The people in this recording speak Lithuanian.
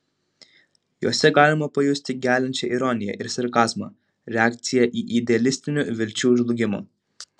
juose galima pajusti geliančią ironiją ir sarkazmą reakciją į idealistinių vilčių žlugimą